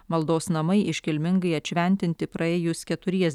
maldos namai iškilmingai atšventinti praėjus keturies